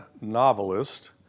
novelist